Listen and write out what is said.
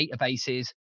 databases